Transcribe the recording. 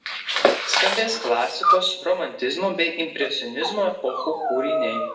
skambės klasikos romantizmo bei impresionizmo epochų kūriniai